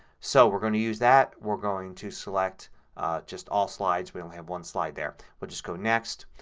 so we're going to use that. we're going to select just all slides, we only have one slide there. we'll just go next.